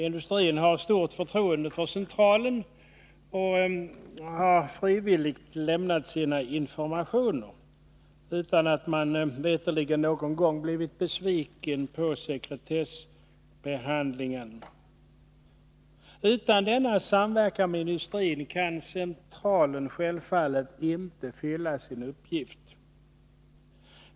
Industrin har stort förtroende för centralen och har frivilligt lämnat sina informationer utan att man veterligt någon gång har blivit besviken på sekretessbehandlingen. Utan denna samverkan med industrin kan centralen självfallet inte fylla sin uppgift.